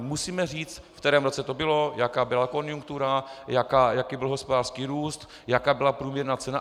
Musíme říct, v kterém roce to bylo, jaká byla konjunktura, jaký byl hospodářský růst, jaká byla průměrná cena.